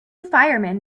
firemen